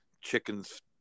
chickens